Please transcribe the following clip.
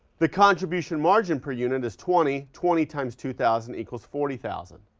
the contribution margin per unit is twenty. twenty times two thousand equals forty thousand,